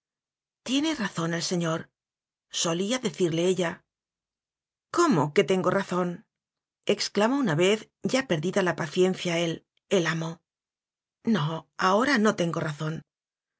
tiene razón el señor solía decirle ella cómo que tengo razón exclamó una vez ya perdida la paciencia él el amo no ahora no tengo razón